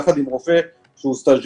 יחד עם רופא שהוא סטז'ר,